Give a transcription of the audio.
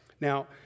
Now